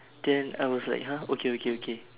then I was like !huh! okay okay okay